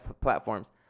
platforms